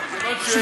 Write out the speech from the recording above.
מה אתה מציע?